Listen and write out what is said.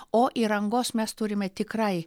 o įrangos mes turime tikrai